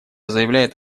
заявляет